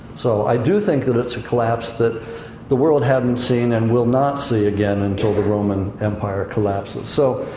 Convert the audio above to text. so, i do think that it's a collapse that the world hadn't seen and will not see again until the roman empire collapses. so,